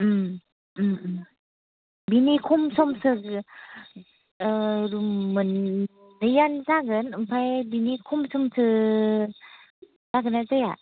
बिनि खम समसो ओ रुम मोननैआनो जागोन ओमफ्राय बिनि खम समसो जागोन ना जाया